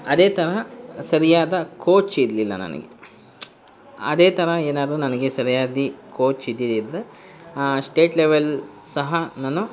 ಅದೇ ತರಹ ಸರಿಯಾದ ಕೋಚ್ ಇರಲಿಲ್ಲ ನನಗೆ ಅದೇ ಥರ ಏನಾದರೂ ನನಗೆ ಸರಿಯಾದ ಕೋಚ್ ಇದ್ದಿದ್ದಿದ್ರೆ ಸ್ಟೇಟ್ ಲೆವೆಲ್ ಸಹ ನಾನು